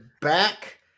back